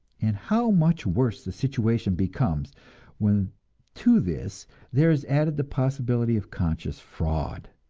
and how much worse the situation becomes when to this there is added the possibility of conscious fraud!